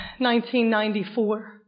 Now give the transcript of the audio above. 1994